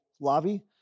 lobby